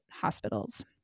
hospitals